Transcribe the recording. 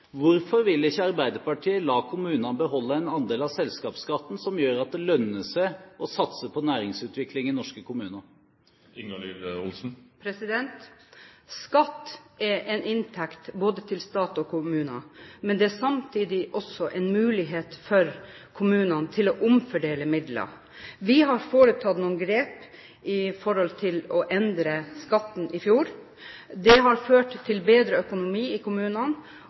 Hvorfor vil ikke Arbeiderpartiet la kommunene beholde en andel av selskapsskatten, som gjør at det lønner seg å satse på næringsutvikling i norske kommuner? Skatt er en inntekt til både stat og kommune, men det er samtidig også en mulighet for kommunene til å omfordele midler. Vi tok noen grep i fjor for å endre skatten. Det har ført til bedre økonomi i kommunene,